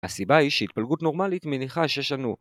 הסיבה היא שהתפלגות נורמלית מניחה שיש לנו